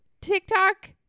TikTok